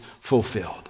fulfilled